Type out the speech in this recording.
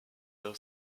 d’un